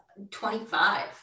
25